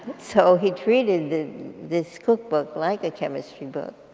so he treated this cookbook like a chemistry book.